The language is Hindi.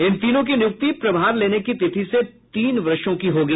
इन तीनों की नियुक्ति प्रभार लेने की तिथि से तीन वर्षों की होगी